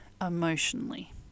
emotionally